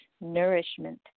nourishment